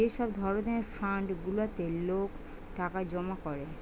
যে সব ধরণের ফান্ড গুলাতে লোক টাকা জমা করে